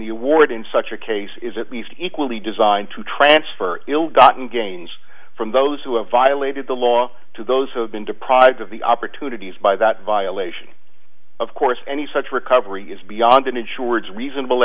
the award in such a case is at least equally designed to transfer ill gotten gains from those who have violated the law to those who have been deprived of the opportunities by that violation of course any such recovery is beyond insureds reasonable